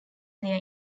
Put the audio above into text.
their